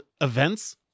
events